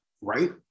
right